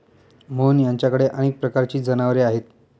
मोहन यांच्याकडे अनेक प्रकारची जनावरे आहेत